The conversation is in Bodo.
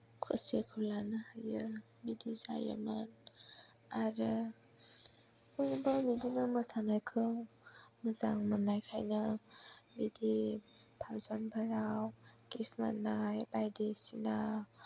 खुसिखौ लानो हायो बिदि जायोमोन आरो बबेबा बिदिनो मोसानायखौ मोजां मोननायखायनो बिदि फांसन फोराव गिफ्ट मोननाय बायदिसिना